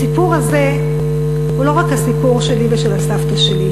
הסיפור הזה הוא לא רק הסיפור שלי ושל הסבתא שלי,